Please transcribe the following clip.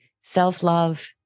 self-love